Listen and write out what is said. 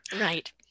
right